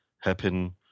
happen